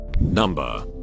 number